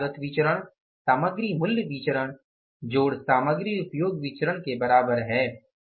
सामग्री लागत विचरण सामग्री मूल्य विचरण सामग्री उपयोग विचरण के बराबर है